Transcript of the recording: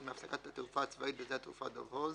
מהפסקת התעופה הצבאית בשדה התעופה דב-הוז,